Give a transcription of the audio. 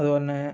അതുപോലെതന്നെ